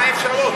מה האפשרות?